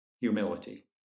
humility